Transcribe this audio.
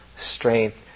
strength